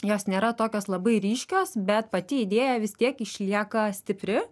jos nėra tokios labai ryškios bet pati idėja vis tiek išlieka stipri